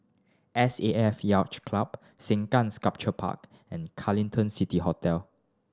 S A F Yacht Club Sengkang Sculpture Park and Carlton City Hotel